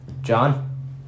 John